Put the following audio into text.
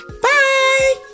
Bye